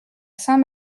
saint